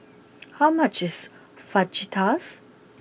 how much is Fajitas